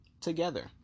together